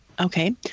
Okay